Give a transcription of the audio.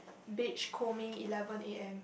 beach combing eleven a_m